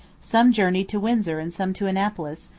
some journeyed to windsor and some to annapolis,